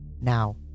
now